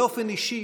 באופן אישי